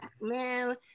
man